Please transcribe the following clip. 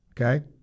okay